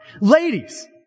Ladies